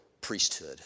priesthood